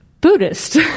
Buddhist